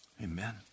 Amen